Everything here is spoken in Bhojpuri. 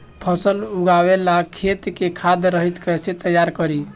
फसल उगवे ला खेत के खाद रहित कैसे तैयार करी?